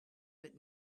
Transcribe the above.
but